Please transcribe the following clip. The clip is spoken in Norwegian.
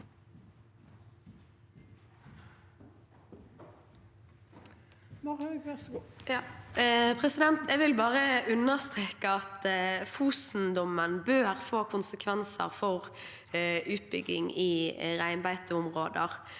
Jeg vil bare under- streke at Fosen-dommen bør få konsekvenser for utbygging i reinbeiteområder